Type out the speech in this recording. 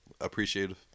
appreciative